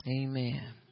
Amen